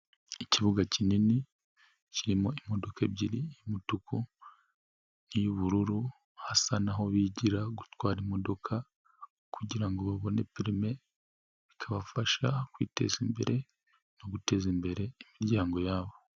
Ikibuga kinini kirimo imodoka ebyiri y'umutuku n'iy'ubururu hasa naho bigira gutwara imodoka kugirango babone perime, ikabafasha kwiteza imbere no guteza imbere imiryango yabo.